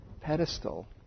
pedestal